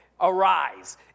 arise